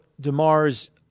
Demar's